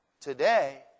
today